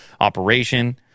operation